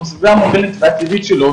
בסביבה המוגנת והטבעית שלו,